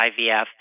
IVF